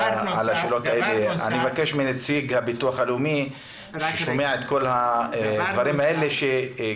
אבקש מנציגי הביטוח הלאומי ששומעים את כל הדברים האלה,